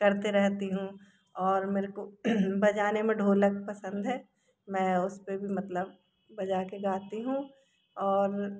करते रहती हूँ और मेरे को बजाने में ढोलक पसंद है मैं उस पे भी मतलब बजा के गाती हूँ और